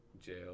jail